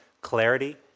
clarity